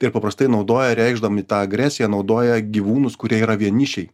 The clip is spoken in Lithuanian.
tai ir paprastai naudoja reikšdami tą agresiją naudoja gyvūnus kurie yra vienišiai